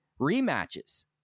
rematches